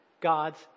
God's